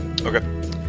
Okay